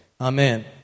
Amen